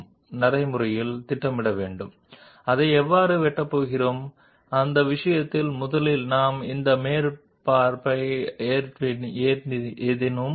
ఇప్పుడు మనం సంక్లిష్టమైన ఉపరితలాన్ని కలిగి ఉన్నప్పుడల్లా దానిని యంత్రం చేయడం ప్రారంభించే ముందు ముందుగా ఈ సంక్లిష్టమైన ఉపరితల మ్యాచింగ్ను మన కట్టింగ్ విధానంలో ప్లాన్ చేసుకోవాలి మనం దానిని ఎలా కత్తిరించబోతున్నాం